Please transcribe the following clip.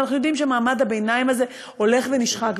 אנחנו יודעים שמעמד הביניים הזה הולך ונשחק.